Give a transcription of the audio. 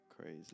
crazy